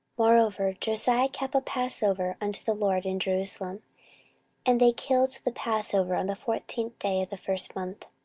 moreover josiah kept a passover unto the lord in jerusalem and they killed the passover on the fourteenth day of the first month.